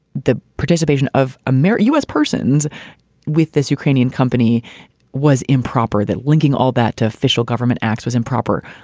the participation of a mere u s. persons with this ukrainian company was improper. that linking all that to official government acts was improper.